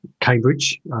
Cambridge